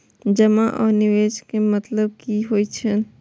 जमा आ निवेश में मतलब कि होई छै?